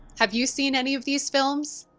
have you seen any of these films?